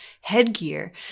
headgear